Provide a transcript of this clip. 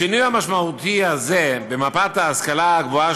השינוי המשמעותי הזה במפת ההשכלה הגבוהה